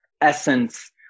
essence